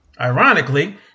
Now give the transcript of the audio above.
ironically